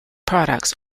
products